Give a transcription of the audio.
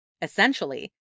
Essentially